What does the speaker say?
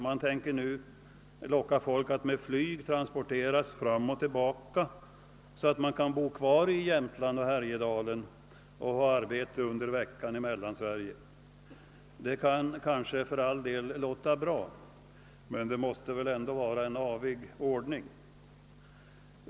Man tänker nu locka människor genom att med flyg transportera dem fram och tillbaka så att de kan bo kvar i Jämtland och Härjedalen och ha arbete i veckan i Mellansverige. Det kan kanske för all del låta bra, men det måste väl ändå vara en avig ordning.